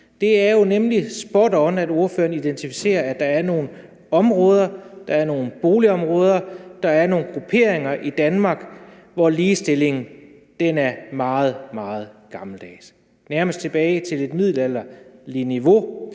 Det er jo nemlig spot on, at ordføreren identificerer, at der er nogle områder, der er nogle boligområder, og der er nogle grupperinger i Danmark, hvor ligestillingen er meget, meget gammeldags. Det er nærmest tilbage til et middelalderligt niveau,